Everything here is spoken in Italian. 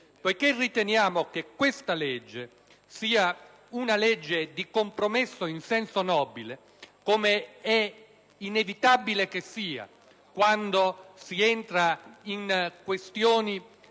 Poiché riteniamo che questa legge sia una legge di compromesso in senso nobile, come è inevitabile che sia quando si entra in questioni